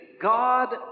God